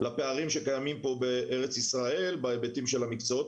לפערים שקיימים פה בארץ ישראל בהיבטים של המקצועות